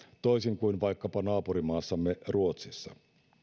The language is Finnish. toisin kuin vaikkapa naapurimaassamme ruotsissa